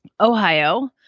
Ohio